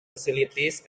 facilities